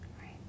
Right